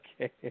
Okay